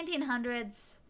1900s